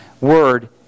word